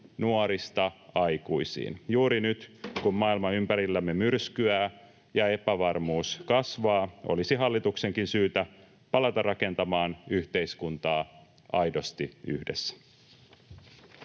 nuorista aikuisiin. Juuri nyt, kun maailma ympärillämme myrskyää ja epävarmuus kasvaa, olisi hallituksenkin syytä palata rakentamaan yhteiskuntaa aidosti yhdessä.